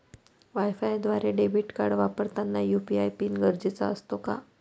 वायफायद्वारे debit card वापरताना UPI PIN गरजेचा असतो का?